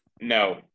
No